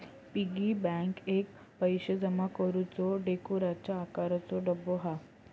piggy bank एक पैशे जमा करुचो डुकराच्या आकाराचो डब्बो हा